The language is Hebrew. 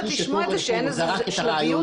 צריך לשלוח לכולם התרעה לפני עיקולים